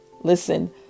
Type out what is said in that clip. Listen